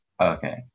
Okay